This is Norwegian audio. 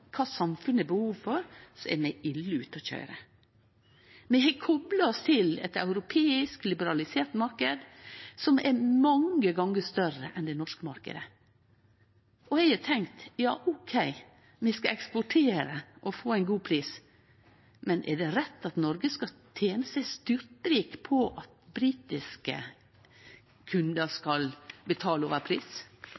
kva samfunnet har behov for, er vi ille ute. Vi har kopla oss til ein europeisk liberalisert marknad som er mange gonger større enn den norske marknaden, og eg har tenkt: Ja, ok, vi skal eksportere og få ein god pris, men er det rett at Noreg skal tene seg styrtrik på at britiske kundar